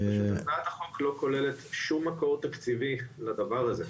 פשוט הצעת החוק לא כוללת שום מקור תקציבי לדבר הזה.